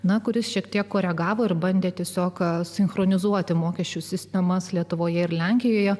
na kuris šiek tiek koregavo ir bandė tiesiog sinchronizuoti mokesčių sistemas lietuvoje ir lenkijoje